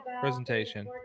presentation